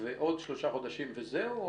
ועוד שלושה חודשים, וזהו?